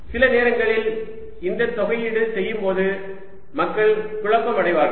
சில நேரங்களில் இந்த தொகையீடு செய்யும் போது மக்கள் குழப்பம் அடைவார்கள்